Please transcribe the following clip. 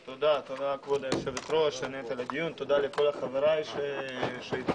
תודה, כבוד היושב ראש, תודה לחבריי שהצטרפו,